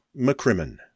McCrimmon